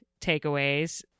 takeaways